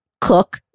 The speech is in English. cook